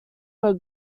were